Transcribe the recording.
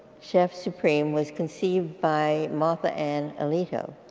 chef supreme, was conceived by martha ann alito.